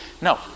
No